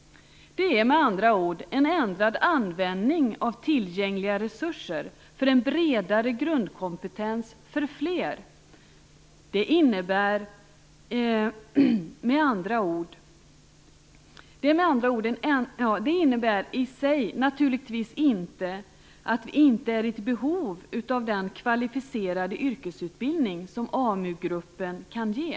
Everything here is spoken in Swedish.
Det är med andra ord fråga om en ändrad användning av tillgängliga resurser för en bredare grundkompetens för fler. Det innebär i sig naturligtvis inte att det inte finns ett behov av den kvalificerade yrkesutbildning som Amu-gruppen kan ge.